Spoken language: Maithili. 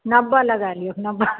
नब्बे लगा लियौ नब्बे